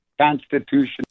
Constitution